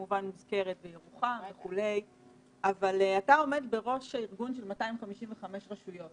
את ירוחם וכולי אבל אתה עומד בראש ארגון של 255 רשויות